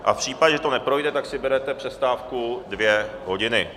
A v případě, že to neprojde, tak si berete přestávku dvě hodiny.